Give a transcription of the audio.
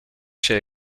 się